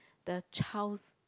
the child's